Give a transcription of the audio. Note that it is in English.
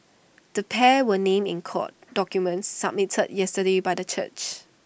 the pair were named in court documents submitted yesterday by the church